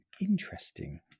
interesting